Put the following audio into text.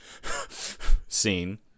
scene